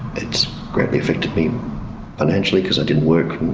it's greatly affected me financially because i didn't work,